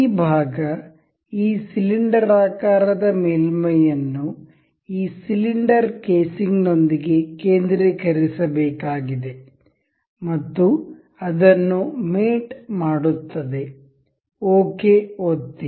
ಈ ಭಾಗ ಈ ಸಿಲಿಂಡರಾಕಾರದ ಮೇಲ್ಮೈಯನ್ನು ಈ ಸಿಲಿಂಡರ್ ಕೇಸಿಂಗ್ ನೊಂದಿಗೆ ಕೇಂದ್ರೀಕರಿಸಬೇಕಾಗಿದೆ ಮತ್ತು ಅದನ್ನು ಮೇಟ್ ಮಾಡುತ್ತದೆ ಓಕೆ ಒತ್ತಿ